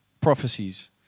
prophecies